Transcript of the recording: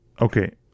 Okay